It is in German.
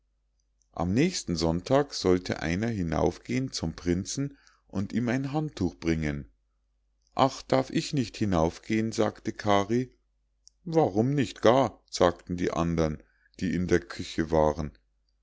am nächsten sonntag sollte einer hinaufgehen zum prinzen und ihm ein handtuch bringen ach darf ich nicht hinaufgehen sagte kari warum nicht gar sagten die andern die in der küche waren